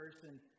person